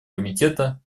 комитета